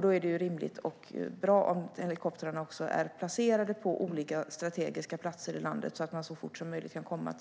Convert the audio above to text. Då är det rimligt och bra om helikoptrarna också är placerade på olika strategiska platser i landet, så att man så fort som möjligt kan komma